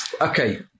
Okay